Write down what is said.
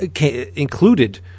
Included